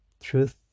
Truth